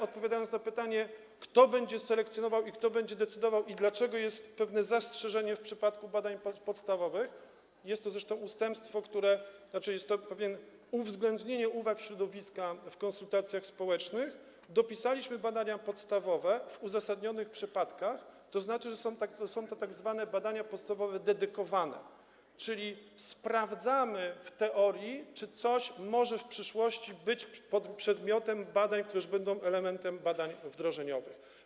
Odpowiadając na pytanie, kto będzie selekcjonował i kto będzie decydował, i dlaczego jest pewne zastrzeżenie w przypadku badań podstawowych... jest to zresztą ustępstwo, jest to uwzględnienie uwag środowiska zgłoszonych w konsultacjach społecznych - dopisaliśmy badania podstawowe w uzasadnionych przypadkach, są to tzw. badania podstawowe dedykowane, czyli sprawdzamy w teorii, czy coś w przyszłości może być przedmiotem badań, które już będą elementem badań wdrożeniowych.